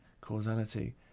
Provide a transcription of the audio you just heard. causality